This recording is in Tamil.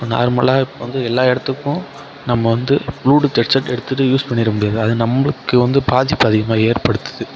நார்மலாக இப்போ வந்து எல்லா இடத்துக்கும் நம்ம வந்து ப்ளூடூத் ஹெட் செட்டு எடுத்துகிட்டு யூஸ் பண்ணிவிட முடியாது அது நம்மளுக்கு பாதிப்பு அதிகமாக ஏற்படுத்துது